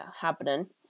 happening